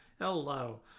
hello